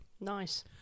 Nice